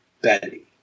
Betty